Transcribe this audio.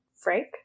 Frank